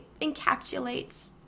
encapsulates